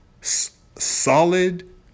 Solid